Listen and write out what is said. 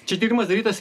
čia tyrimas darytas